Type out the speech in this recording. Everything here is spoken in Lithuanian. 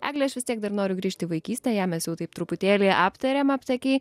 egle aš vis tiek dar noriu grįžti į vaikystę ją mes jau taip truputėlį aptarėm aptakiai